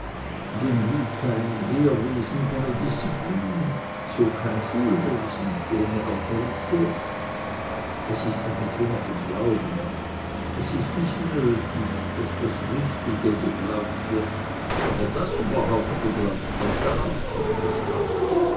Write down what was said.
denn wie kein heerwesen ohne disziplin so kein schulwesen ohne autorität es ist damit wie mit dem glauben es ist nicht nötig daß das richtige geglaubt wird aber daß überhaupt geglaubt wird darauf kommt es an